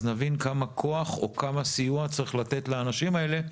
אז נבין כמה כוח וכמה סיוע צריך לתת לאנשים האלה,